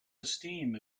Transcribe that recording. esteem